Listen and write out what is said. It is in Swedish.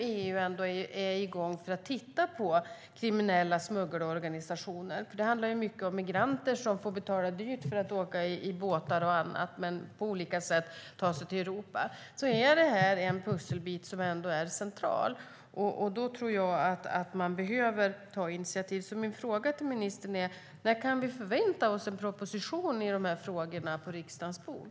EU ska nu titta på kriminella smuggelorganisationer där migranter får betala dyrt för att i båtar och på andra sätt ta sig till Europa. Då är detta en central pusselbit, och initiativ behöver vidtas. Därför är min fråga till ministern: När kan vi förvänta oss att en proposition i dessa frågor läggs på riksdagens bord?